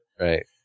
Right